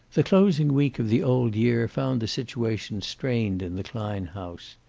the closing week of the old year found the situation strained in the klein house.